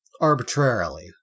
arbitrarily